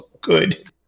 good